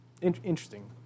Interesting